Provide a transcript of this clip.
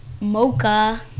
mocha